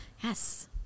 Yes